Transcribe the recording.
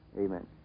Amen